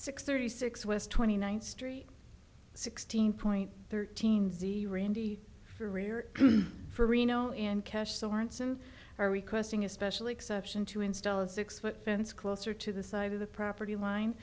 six thirty six west twenty ninth street sixteen point thirteen z randy career for reno and cash sorenson are requesting a special exception to install a six foot fence closer to the side of the property line